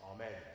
Amen